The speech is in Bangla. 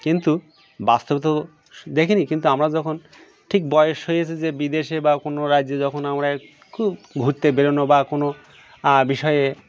কিন্তু বাস্তবে তো দেখিনি কিন্তু আমরা যখন ঠিক বয়স হয়েছে যে বিদেশে বা কোনো রাজ্যে যখন আমরা খুব ঘুরতে বেরনো বা কোনো বিষয়ে